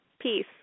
Peace